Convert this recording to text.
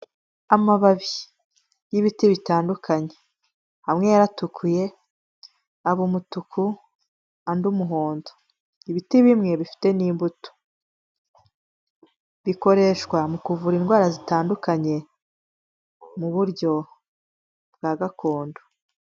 Amababi y'ibiti bitandukanye amwe yaratukuye aba umutuku, andi umuhondo, ibiti bimwe bifite n'imbuto, bikoreshwa mu kuvura indwara zitandukanye mu buryo bwa gakondo.